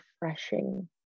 refreshing